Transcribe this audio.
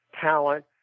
talent